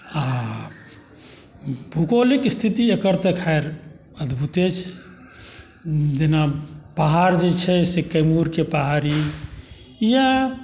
आ भुगौलिक स्थिति तऽ एकर खैर अद्भुते छै जेना पहाड़ जे छै से कैमुरके पहाड़ी इएह